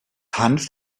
hanf